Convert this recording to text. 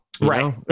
right